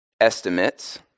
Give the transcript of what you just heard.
estimates